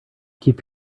keep